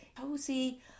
cozy